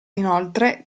inoltre